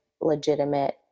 legitimate